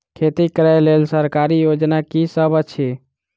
खेती करै लेल सरकारी योजना की सब अछि?